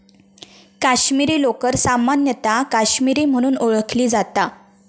काश्मीरी लोकर सामान्यतः काश्मीरी म्हणून ओळखली जाता